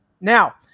Now